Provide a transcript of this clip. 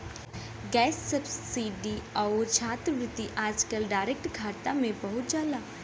gas subsidy आउर छात्रवृत्ति आजकल डायरेक्ट खाता में पहुंच जाला